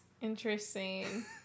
Interesting